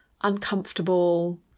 uncomfortable